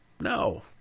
No